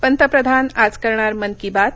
पंतप्रधान आज करणार मन की बात